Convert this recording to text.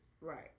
Right